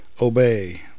obey